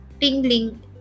tingling